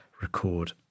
Record